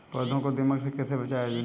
पौधों को दीमक से कैसे बचाया जाय?